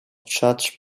judge